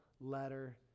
letter